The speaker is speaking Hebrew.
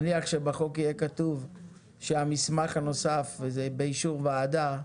נניח שבחוק יהיה כתוב שהמסמך הנוסף זה באישור ועדה,